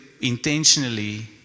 intentionally